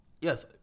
yes